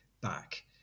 back